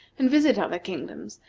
and visit other kingdoms,